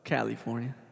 California